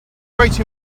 great